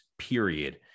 period